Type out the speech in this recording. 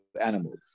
animals